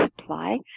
supply